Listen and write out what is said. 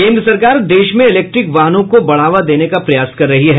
केंद्र सरकार देश में इलेक्ट्रिक वाहनों को बढ़ावा देने के प्रयास कर रही है